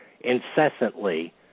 incessantly